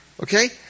okay